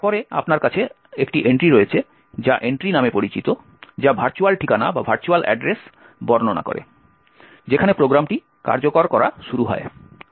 তারপরে আপনার কাছে একটি এন্ট্রি রয়েছে যা এন্ট্রি নামে পরিচিত যা ভার্চুয়াল ঠিকানা বর্ণনা করে যেখানে প্রোগ্রামটি কার্যকর করা শুরু হয়